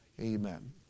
amen